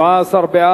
מס' 61) (סמכויות רשם),